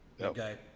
Okay